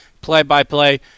play-by-play